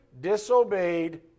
disobeyed